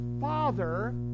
father